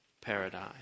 paradise